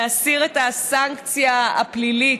להסיר את הסנקציה הפלילית.